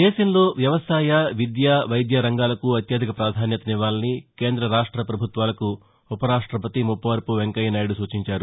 దేశంలో వ్యవసాయ విద్య వైద్య రంగాలకు అత్యధిక ప్రాధాన్యతనివ్వాలని కేంద్ర రాష్ట ప్రభుత్వాలకు ఉపరాష్టపతి ముప్పవరపు వెంకయ్య నాయుడు సూచించారు